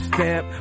Step